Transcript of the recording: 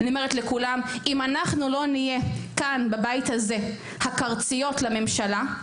אני אומרת לכולם: אם אנחנו לא נהיה כאן בבית הזה הקרציות לממשלה,